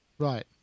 Right